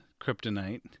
kryptonite